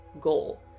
goal